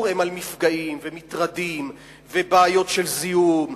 הן על מפגעים ומטרדים ובעיות של זיהום,